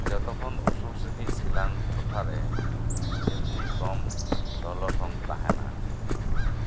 ᱡᱚᱛᱚ ᱠᱷᱚᱱ ᱩᱥᱩᱞ ᱥᱟᱺᱦᱤᱡ ᱥᱤᱞᱟᱝ ᱴᱚᱴᱷᱟ ᱨᱮ ᱮᱢᱱᱤ ᱠᱚᱢ ᱞᱚᱞᱚ ᱥᱚᱝ ᱛᱟᱦᱮᱱᱟ